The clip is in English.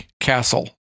castle